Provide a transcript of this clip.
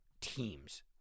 teams